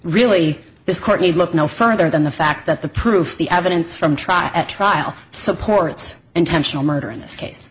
really this court need look no further than the fact that the proof the evidence from trial at trial supports intentional murder in this case